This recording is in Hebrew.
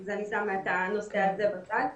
את הנושא הזה אני שמה בצד.